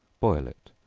boil it,